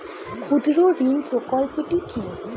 ক্ষুদ্রঋণ প্রকল্পটি কি?